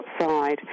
outside